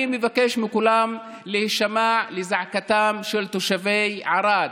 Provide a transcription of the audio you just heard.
אני מבקש מכולם להישמע לזעקתם של תושבי ערד,